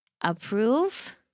Approve